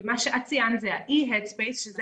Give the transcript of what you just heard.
ואת מה שאת ציינת זה ה-E-headspace שזה